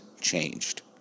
changed